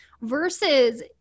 versus